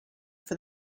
for